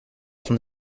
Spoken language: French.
son